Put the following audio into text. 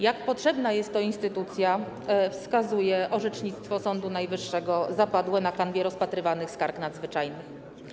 Jak potrzebna jest to instytucja, wskazuje orzecznictwo Sądu Najwyższego zapadłe na kanwie rozpatrywanych skarg nadzwyczajnych.